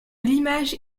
l’image